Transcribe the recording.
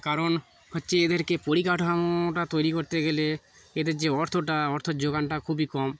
কারণ হচ্ছে এদেরকে পরিকাঠামোটা তৈরি করতে গেলে এদের যে অর্থটা অর্থের যোগানটা খুবই কম